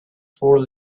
four